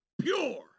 pure